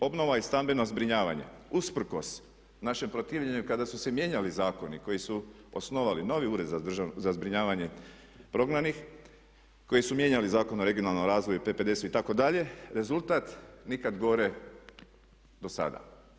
Obnova i stambeno zbrinjavanje, usprkos našem protivljenju kada su se mijenjali zakoni koji su osnovali novi Ured za zbrinjavanje prognanih, koji su mijenjali Zakon o regionalnom razvoju, PPDS-u itd., rezultat nikad gore dosada.